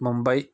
Mumbai